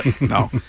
No